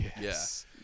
yes